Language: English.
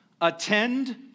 attend